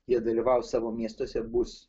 jie dalyvaus savo miestuose bus